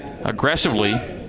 aggressively